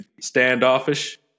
standoffish